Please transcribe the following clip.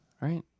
right